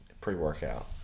pre-workout